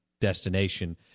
destination